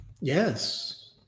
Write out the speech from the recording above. Yes